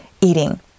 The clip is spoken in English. eating